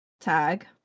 tag